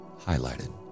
highlighted